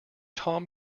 tom